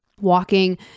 walking